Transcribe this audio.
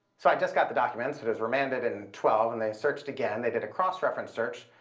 so i just got the documents that is remanded in twelve and they searched again. they did a cross-reference search.